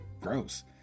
Gross